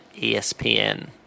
ESPN